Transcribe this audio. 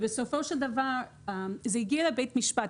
בסופו של דבר הנושא הגיע לבית משפט,